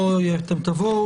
תבואו,